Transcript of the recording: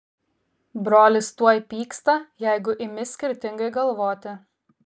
brolis tuoj pyksta jeigu imi skirtingai galvoti